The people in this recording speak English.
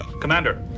Commander